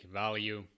value